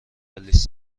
لیست